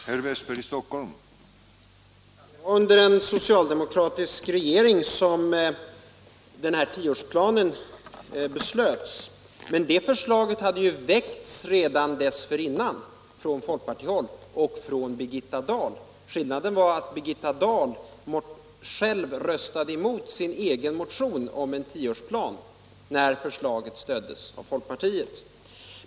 Herr talman! Det var under den socialdemokratiska regeringen som barnomsorgen den här tioårsplanen beslöts, men förslaget hade redan dessförinnan väckts från folkpartihåll och från Birgitta Dahl. Birgitta Dahl röstade sedan emot sin egen motion om en tioårsplan när förslaget stöddes av folkpartiet.